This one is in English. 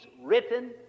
written